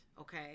okay